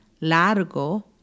Largo